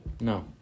No